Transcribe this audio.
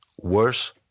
worse